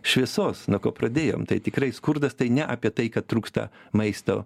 šviesos nuo ko pradėjom tai tikrai skurdas tai ne apie tai kad trūksta maisto